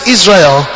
Israel